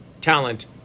talent